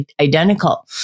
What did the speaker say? identical